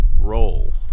roll